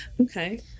Okay